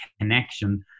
connection